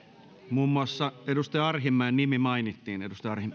muun muassa edustaja arhinmäen nimi mainittiin